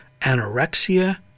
anorexia